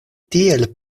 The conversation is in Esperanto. tiel